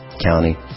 county